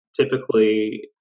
typically